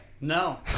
No